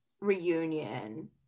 reunion